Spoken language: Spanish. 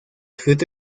fruto